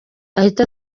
ahite